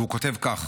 והוא כותב כך: